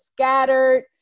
scattered